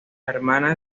hermana